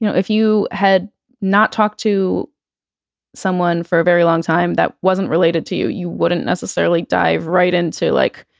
you know if you had not talked to someone for a very long time that wasn't related to you, you wouldn't necessarily dive right in to like,